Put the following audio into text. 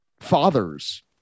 fathers